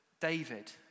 David